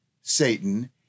Satan